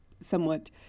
somewhat